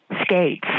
skates